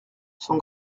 son